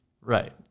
Right